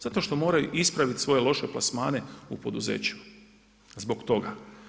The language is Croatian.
Zato što moraju ispraviti svoje loše plasmane u poduzećima, zbog toga.